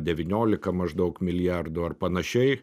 devyniolika maždaug milijardų ar panašiai